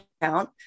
account